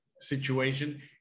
situation